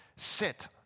sit